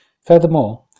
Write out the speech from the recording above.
Furthermore